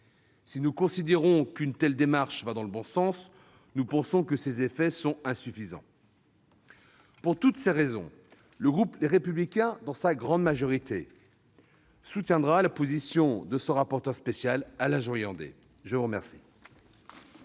Si nous considérons qu'une telle démarche va dans le bon sens, nous pensons que ces effets seront insuffisants. Pour toutes ces raisons, le groupe Les Républicains, dans sa grande majorité, soutiendra la position du rapporteur spécial, M. Joyandet. La parole